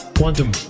Quantum